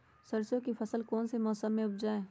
सरसों की फसल कौन से मौसम में उपजाए?